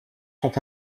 sont